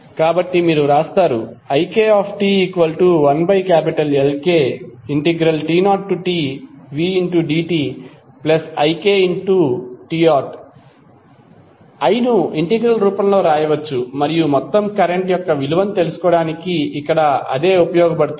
కాబట్టి మీరు వ్రాస్తారు ikt1Lkt0tvdtik i ను ఇంటెగ్రల్ రూపంలో వ్రాయవచ్చు మరియు మొత్తం కరెంట్ యొక్క విలువను తెలుసుకోవడానికి ఇక్కడ అదే ఉపయోగించబడింది